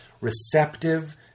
receptive